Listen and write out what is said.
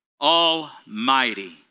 almighty